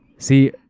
See